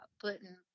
putting